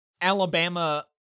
Alabama